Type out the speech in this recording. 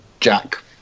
Jack